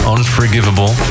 Unforgivable